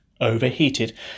Overheated